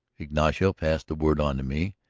ignacio passed the word on to me.